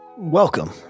Welcome